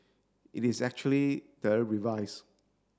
it is actually the revise